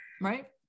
right